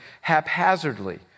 haphazardly